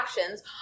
actions